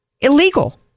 Illegal